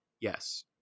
Yes